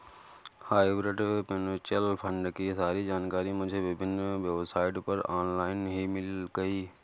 hybrid mutual fund की सारी जानकारी मुझे विभिन्न वेबसाइट पर ऑनलाइन ही मिल गयी